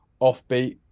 offbeat